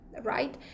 right